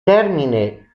termine